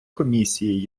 комісії